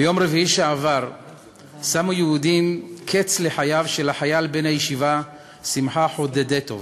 ביום רביעי שעבר שמו יהודים קץ לחייו של החייל בן הישיבה שמחה חודֵדטוב.